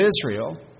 Israel